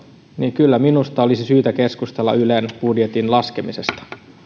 niin kyllä minusta olisi syytä keskustella ylen budjetin laskemisesta